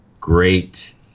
great